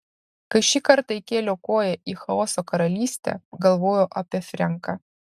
kai šį kartą įkėliau koją į chaoso karalystę galvojau apie frenką